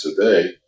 today